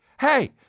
Hey